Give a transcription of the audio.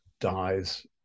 dies